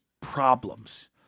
problems